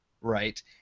right